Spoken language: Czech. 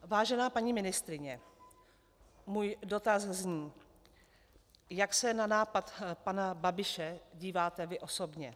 Vážená paní ministryně, můj dotaz zní: Jak se na nápad pana Babiše díváte vy osobně?